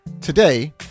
Today